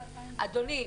אדוני,